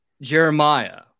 Jeremiah